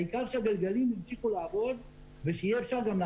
העיקר שהגלגלים ימשיכו לעבוד ושיהיה אפשר גם בתקופה